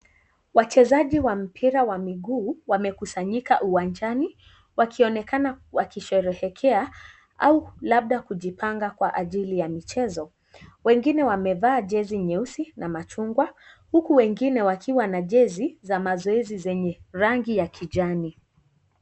Wachezaji wa mpira wa miguu wamekusanyika uwanjani wakionekana wakisherehekea au labda kujipanga kwa ajili ya michezo, wengine wamevaa jezi nyeusi na machungwa, huku wengine wakiwa na jezi za mazoezi zenye rangi ya kijani.